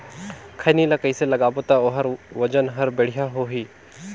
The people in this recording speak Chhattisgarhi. खैनी ला कइसे लगाबो ता ओहार वजन हर बेडिया होही?